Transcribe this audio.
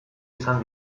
izan